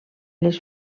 les